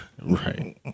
Right